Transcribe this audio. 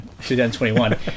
2021